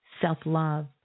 Self-love